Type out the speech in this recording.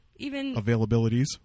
availabilities